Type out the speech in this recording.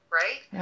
right